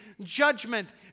judgment